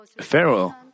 Pharaoh